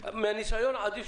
פיצויים.